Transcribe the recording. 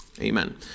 Amen